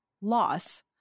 loss